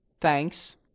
Thanks